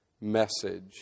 message